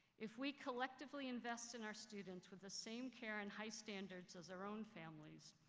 if we collectively invest in our students with the same care and high standards as our own families,